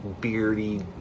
Beardy